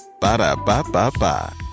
Ba-da-ba-ba-ba